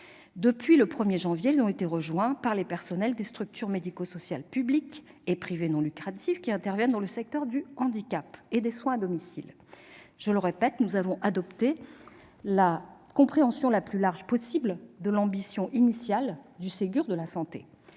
Depuis le 1 janvier, ils ont été rejoints par les personnels des structures médico-sociales publiques et privées non lucratives qui interviennent dans le secteur du handicap ou des soins à domicile. Je le répète : nous avons cherché à donner l'ampleur la plus large possible à l'ambition initiale du Ségur de la santé.